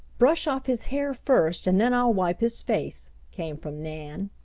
brush off his hair first, and then i'll wipe his face, came from nan.